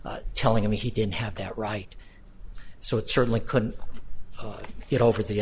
telling him he didn't have that right so it certainly couldn't get over the